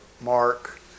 Mark